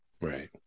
Right